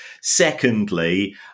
Secondly